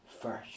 first